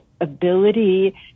ability